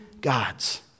God's